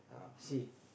scene